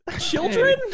Children